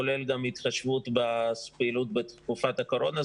כולל גם התחשבות בפעילות בתקופת הקורונה.